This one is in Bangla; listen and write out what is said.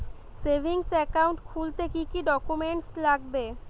সেভিংস একাউন্ট খুলতে কি কি ডকুমেন্টস লাগবে?